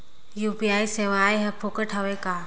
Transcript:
UPI सेवाएं हर फोकट हवय का?